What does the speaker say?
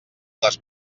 les